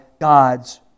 God's